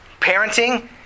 parenting